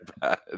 bad